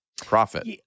profit